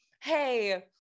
hey